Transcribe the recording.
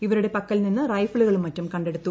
ഇവരുടെ പക്കൽ നിന്ന് റൈഫിലുകളും മറ്റും കണ്ടെടുത്തു